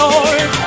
Lord